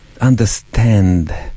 understand